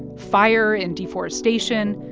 fire and deforestation.